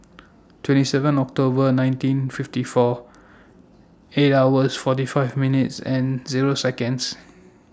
twenty seven October nineteen fifty four eight hours forty five minutes and Seconds